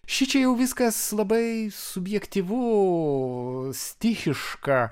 šičia jau viskas labai subjektyvu stichiška